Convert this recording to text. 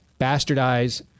bastardize